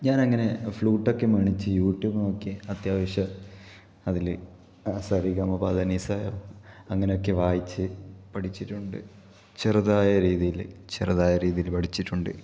ഞാനങ്ങനെ ഫ്ലുട്ടൊക്കെ മേടിച്ച് യൂട്യൂബ് നോക്കി അത്യാവശ്യം അതില് സരിഗമപധനിസ അങ്ങനൊക്കെ വായിച്ച് പഠിച്ചിട്ടുണ്ട് ചെറുതായ രീതിയില് ചെറുതായ രീതിയില് പഠിച്ചിട്ടുണ്ട്